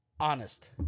Honest